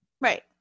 Right